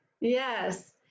Yes